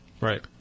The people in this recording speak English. Right